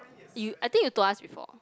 you I think you told us before